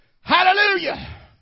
Hallelujah